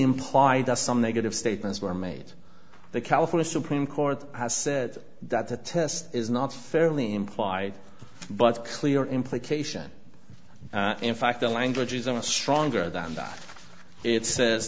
implied that some negative statements were made the california supreme court has said that the test is not fairly implied but clear implication in fact the languages are stronger than that it says